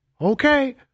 Okay